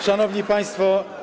Szanowni Państwo!